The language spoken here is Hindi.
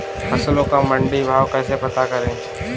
फसलों का मंडी भाव कैसे पता करें?